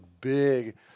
big